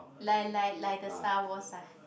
like like like the Star-Wars ah